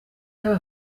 yaba